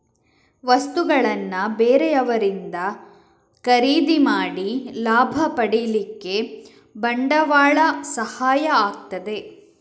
ವಸ್ತುಗಳನ್ನ ಬೇರೆಯವರಿಂದ ಖರೀದಿ ಮಾಡಿ ಲಾಭ ಪಡೀಲಿಕ್ಕೆ ಬಂಡವಾಳ ಸಹಾಯ ಆಗ್ತದೆ